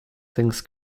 things